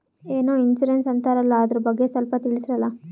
ಏನೋ ಇನ್ಸೂರೆನ್ಸ್ ಅಂತಾರಲ್ಲ, ಅದರ ಬಗ್ಗೆ ಸ್ವಲ್ಪ ತಿಳಿಸರಲಾ?